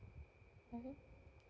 mmhmm